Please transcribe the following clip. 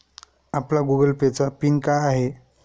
आपला Google Pay चा PIN काय आहे?